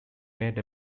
made